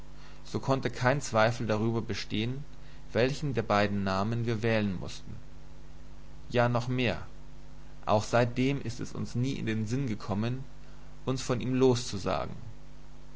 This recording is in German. so konnte kein zweifel darüber bestehen welchen der beiden namen wir wählen mußten ja noch mehr auch seitdem ist es uns nie in den sinn gekommen uns von ihm loszusagen